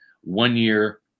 one-year